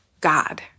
God